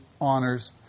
honors